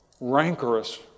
rancorous